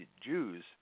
Jews